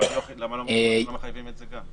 למה לא מחייבים את זה גם?